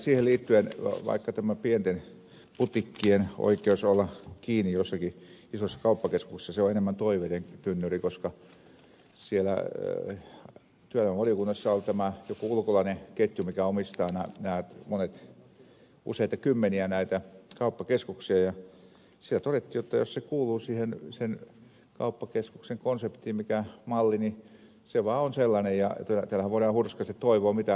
siihen liittyen tämä pienten putiikkien oikeus olla kiinni jossakin isossa kauppakeskuksessa on enemmän toiveiden tynnyri koska työelämävaliokunnassa oli tämä joku ulkolainen ketju mikä omistaa useita kymmeniä näitä kauppakeskuksia ja siellä todettiin jotta jos se kuuluu sen kauppakeskuksen konseptiin mikä on malli se vaan on sellainen ja täällähän voidaan hurskaasti toivoa mitä hyvänsä